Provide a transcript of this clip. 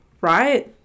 right